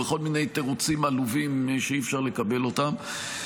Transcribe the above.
וכל מיני תירוצים עלובים שאי-אפשר לקבל אותם.